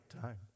time